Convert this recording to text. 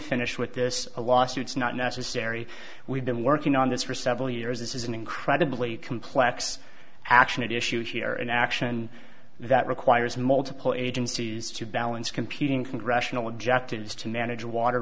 finished with this a lawsuit is not necessary we've been working on this for several years this is an incredibly complex action at issue here an action that requires multiple agencies to balance competing congressional objectives to manage water